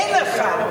אין לך.